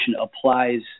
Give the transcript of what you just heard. applies